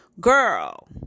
girl